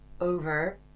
over